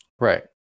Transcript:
Right